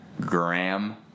Gram